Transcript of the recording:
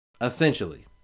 Essentially